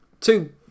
two